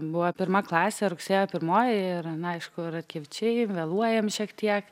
buvo pirma klasė rugsėjo pirmoji ir na aišku ratkevičiai vėluojam šiek tiek